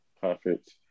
Perfect